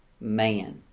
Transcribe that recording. man